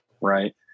right